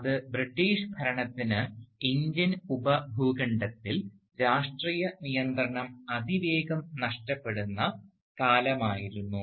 അത് ബ്രിട്ടീഷ് ഭരണത്തിന് ഇന്ത്യൻ ഉപഭൂഖണ്ഡത്തിൽ രാഷ്ട്രീയ നിയന്ത്രണം അതിവേഗം നഷ്ടപ്പെടുന്ന കാലമായിരുന്നു